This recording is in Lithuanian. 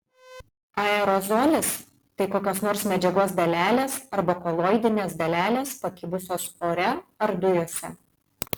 aerozolis tai kokios nors medžiagos dalelės arba koloidinės dalelės pakibusios ore ar dujose